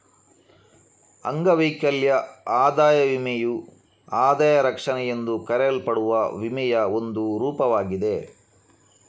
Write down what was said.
ಅಂಗವೈಕಲ್ಯ ಆದಾಯ ವಿಮೆಯು ಆದಾಯ ರಕ್ಷಣೆ ಎಂದು ಕರೆಯಲ್ಪಡುವ ವಿಮೆಯ ಒಂದು ರೂಪವಾಗಿದೆ